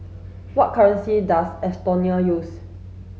what currency does Estonia use